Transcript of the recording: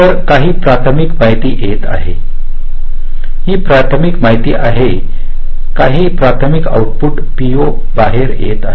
तर काही प्राथमिक माहिती येत आहेत ही प्राथमिक माहिती आहे काही प्राथमिक आउटपुट पीओ बाहेर येत आहेत